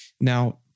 Now